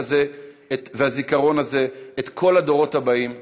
הזה והזיכרון הזה את כל הדורות הבאים,